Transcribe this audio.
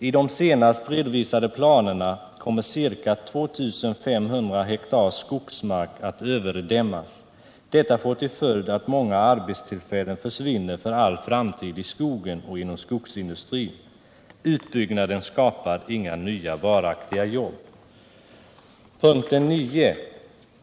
I de senast redovisade planerna kommer ca 2 500 hektar skogsmark att överdämmas. Detta får till följd att många arbetstillfällen försvinner för all framtid i skogen och inom skogsindustrin. Utbyggnaden skapar inga nya varaktiga jobb. 9.